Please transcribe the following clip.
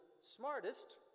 smartest